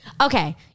Okay